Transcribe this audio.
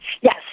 Yes